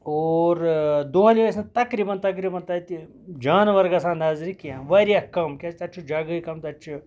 اور دۄہلہِ ٲسۍ نہٕ تَقریٖبَن تَقریٖبَن تَتہِ جاناوار گژھان نظرِ کیٚنٛہہ واریاہ کَم کیازِ کہِ تَتہِ چھُ جگہٕے کَم تَتہِ چھُ